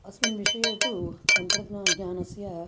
अस्मिन् विषये तु तन्त्रज्ञानं ज्ञानस्य